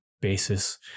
basis